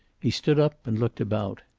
he stood up and looked about.